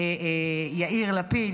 יאיר לפיד,